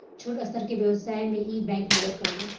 छोट स्तर के व्यवसाय में इ बैंक मदद करेला